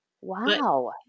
Wow